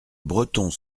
bretons